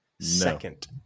second